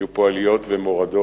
היו פה עליות ומורדות.